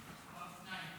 -- האופניים.